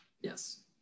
Yes